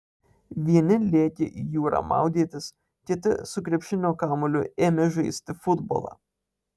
vieni lėkė į jūrą maudytis kiti su krepšinio kamuoliu ėmė žaisti futbolą